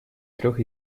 трех